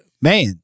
man